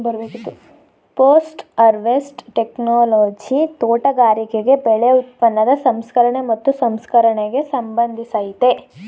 post harvest technology ತೋಟಗಾರಿಕೆ ಬೆಳೆ ಉತ್ಪನ್ನದ ಸಂಸ್ಕರಣೆ ಮತ್ತು ಸಂರಕ್ಷಣೆಗೆ ಸಂಬಂಧಿಸಯ್ತೆ